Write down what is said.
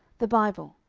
the bible,